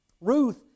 Ruth